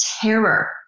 terror